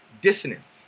dissonance